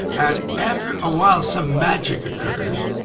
and after a while, some magic occurs,